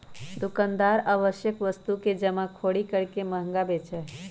दुकानदार आवश्यक वस्तु के जमाखोरी करके महंगा बेचा हई